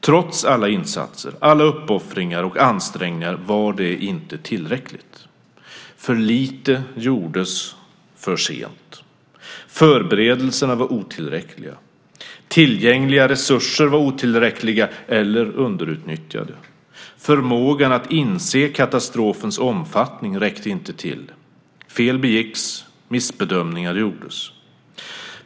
Trots alla insatser, alla uppoffringar och ansträngningar var det inte tillräckligt. För lite gjordes för sent. Förberedelserna var otillräckliga. Tillgängliga resurser var otillräckliga eller underutnyttjade. Förmågan att inse katastrofens omfattning räckte inte till. Fel begicks. Missbedömningar gjordes.